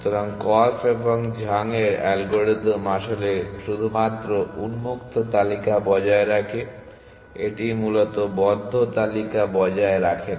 সুতরাং কর্ফ এবং ঝাং এর অ্যালগরিদম আসলে শুধুমাত্র উন্মুক্ত তালিকা বজায় রাখে এটি মূলত বদ্ধ তালিকা বজায় রাখে না